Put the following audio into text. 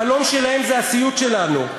החלום שלהם זה הסיוט שלנו.